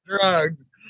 drugs